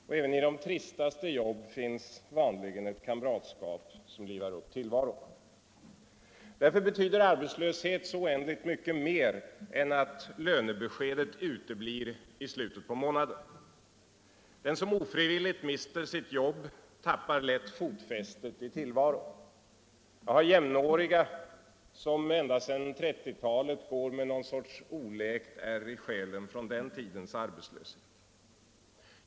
Och även i det tristaste jobb finns vanligen ett kamratskap som livar upp tillvaron. Därför betyder arbetslöshet så oändligt mycket mer än att lönebeskedet uteblir i slutet på månaden. Den som ofrivilligt mister sitt jobb tappar lätt fotfästet i tillvaron. Jag har jämnåriga som ända sedan 1930-talet går med någon sorts oläkt ärr i själen från den tidens arbetslöshet.